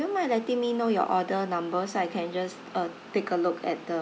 will you mind letting me know your order numbers I can just uh take a look at the